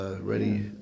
ready